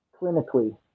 clinically